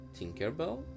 Tinkerbell